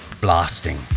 blasting